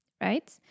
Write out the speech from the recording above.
right